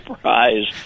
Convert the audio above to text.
prize